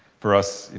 for us,